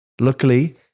Luckily